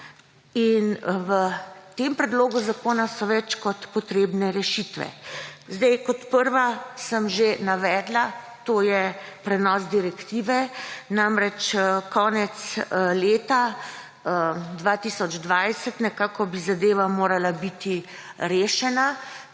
in v tem predlogu zakona so več kot potrebne rešitve. Kot prvo sem že navedla, da je to prenos direktive. Namreč, nekako konec leta 2020 bi zadeva morala biti rešena,